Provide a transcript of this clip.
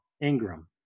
Ingram